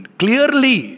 clearly